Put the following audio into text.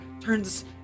turns